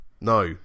No